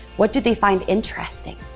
what do they find interesting?